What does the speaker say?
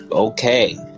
Okay